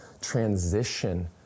transition